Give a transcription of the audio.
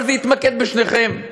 אבל זה יתמקד בשניכם,